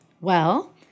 Well